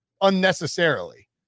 unnecessarily